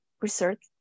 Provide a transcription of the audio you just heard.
research